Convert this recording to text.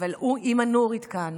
אבל אימא נורית כאן,